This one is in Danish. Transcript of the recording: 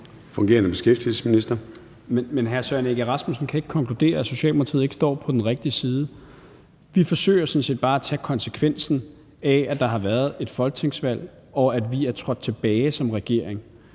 hr. Søren Egge Rasmussen kan ikke konkludere, at Socialdemokratiet ikke står på den rigtige side. Vi forsøger sådan set bare at tage konsekvensen af, at der har været et folketingsvalg, og at vi er trådt tilbage som regering.